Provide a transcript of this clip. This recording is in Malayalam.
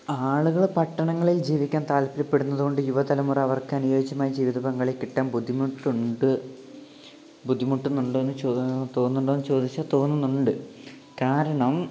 ആളുകൾ പട്ടണങ്ങളിൽ ജീവിക്കാൻ താൽപര്യപ്പെടുന്നതുകൊണ്ട് യുവതലമുറ അവർക്കനുയോജ്യമായ ജീവിത പങ്കാളിയെ കിട്ടാൻ ബുദ്ധിമുട്ടുണ്ട് ബുദ്ധിമുട്ടുന്നുണ്ടോന്നു തോന്നുന്നുണ്ടോന്നു ചോദിച്ചാൽ തോന്നുന്നുണ്ട് കാരണം